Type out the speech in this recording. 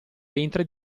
ventre